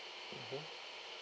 mmhmm